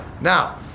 now